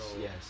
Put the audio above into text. yes